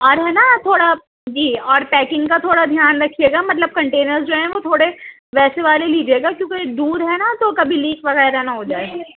اور ہے نا تھوڑا جی اور پیکنگ کا تھوڑا دھیان رکھئے گا مطلب کنٹینرز جو ہیں وہ تھوڑے ویسے والے لیجئے گا کیونکہ دور ہے نا تو کبھی لیک وغیرہ نہ ہو جائے